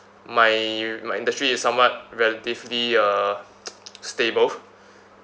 my my industry is somewhat relatively uh stable